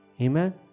Amen